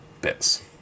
bits